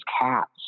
cats